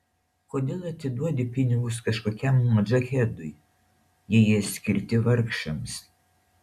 kodėl atiduodi pinigus kažkokiam modžahedui jei jie skirti vargšams